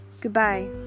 Goodbye